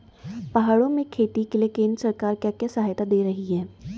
पहाड़ों में खेती के लिए केंद्र सरकार क्या क्या सहायता दें रही है?